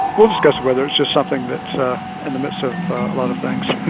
we'll discuss whether it's just something that's ah in the midst of a lot of things